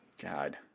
God